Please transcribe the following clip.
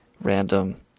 random